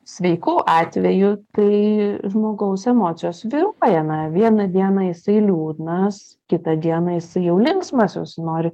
sveiku atveju tai žmogaus emocijos svyruoja vieną dieną jisai liūdnas kitą dieną jis jau linksmas jis nori